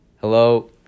Hello